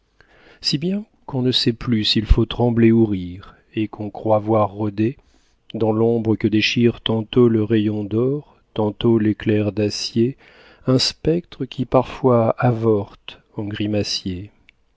si bien qu'on ne sait plus s'il faut trembler ou rire et qu'on croit voir rôder dans l'ombre que déchire tantôt le rayon d'or tantôt l'éclair d'acier un spectre qui parfois avorte en grimacier